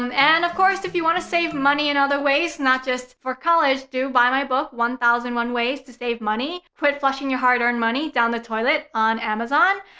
and and, of course, if you want to save money in other ways not just for college do buy my book one thousand and one ways to save money put flushing your hard-earned money down the toilet on amazon.